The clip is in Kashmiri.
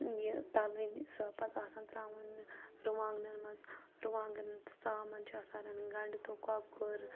یہِ تَلٕنۍ سۄ پَتہٕ آسان تراوُن رُوانٛگنَن مَنٛز رُوانٛگَن تہٕ ژامَن چھِ آسان رَنٕنۍ گَنٛڈٕ تہٕ کۄکُر